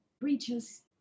breaches